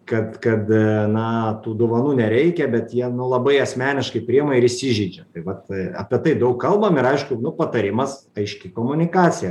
kad kad na tų dovanų nereikia bet jie nu labai asmeniškai priima ir įsižeidžia tai vat apie tai daug kalbam ir aišku nu patarimas aiški komunikacija